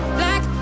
black